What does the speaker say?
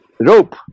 Rope